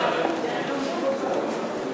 הצעת סיעת ש"ס להביע